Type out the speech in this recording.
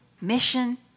mission